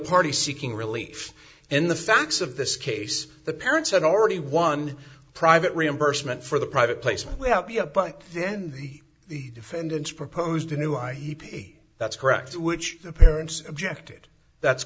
party seeking relief in the facts of this case the parents had already won private reimbursement for the private placement without be a bike then the defendants proposed a new i e p that's correct which the parents objected that's